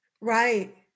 Right